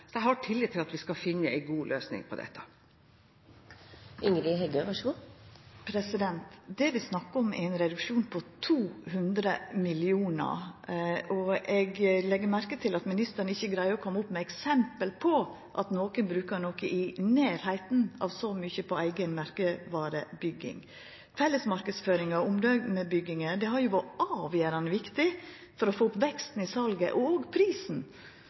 så jeg har tillit til at vi skal finne en god løsning på dette. Det vi snakkar om, er ein reduksjon på 200 mill. kr, og eg legg merke til at ministeren ikkje greier å koma med eksempel på at nokon bruker noko i nærleiken av så mykje på eiga merkevarebygging. Felles marknadsføring og omdømebygging har jo vore avgjerande viktig for å få opp veksten i salet, prisen og